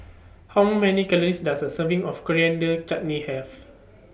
How Many Calories Does A Serving of Coriander Chutney Have